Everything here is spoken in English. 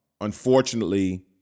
unfortunately